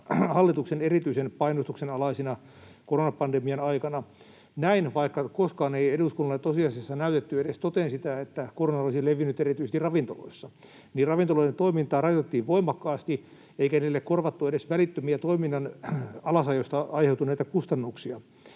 hallituksen erityisen painostuksen alaisina koronapandemian aikana. Vaikka koskaan ei eduskunnalle tosiasiassa näytetty edes toteen sitä, että korona olisi levinnyt erityisesti ravintoloissa, ravintoloiden toimintaa rajoitettiin voimakkaasti, eikä niille korvattu edes välittömiä toiminnan alasajosta aiheutuneita kustannuksia.